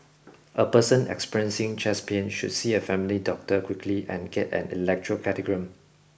a person experiencing chest pain should see a family doctor quickly and get an electrocardiogram